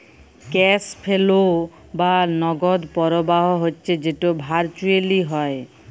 cash flow বা নগদ পরবাহ হচ্যে যেট ভারচুয়েলি হ্যয়